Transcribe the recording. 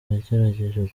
yagerageje